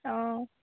অঁ